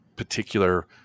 particular